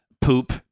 poop